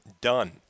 done